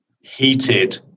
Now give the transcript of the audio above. heated